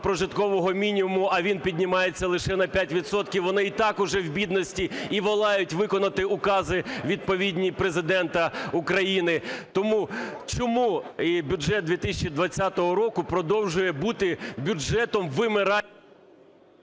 прожиткового мінімуму, а він піднімається лише на 5 відсотків. Вони і так вже в бідності і волають виконати укази відповідні Президента України. Тому чому бюджет 2020 року продовжує бути бюджетом вимирання…